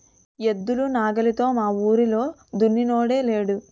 ఎద్దులు నాగలితో మావూరిలో దున్నినోడే లేడు